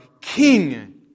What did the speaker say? king